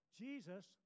Jesus